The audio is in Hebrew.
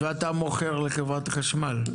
ואתה מוכר לחברת החשמל?